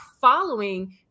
following